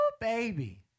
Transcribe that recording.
baby